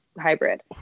hybrid